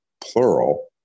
plural